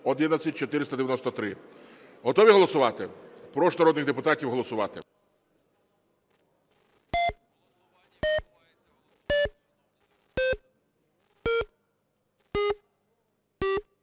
Готові голосувати? Прошу народних депутатів голосувати.